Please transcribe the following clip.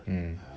mmhmm